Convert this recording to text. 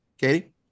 Katie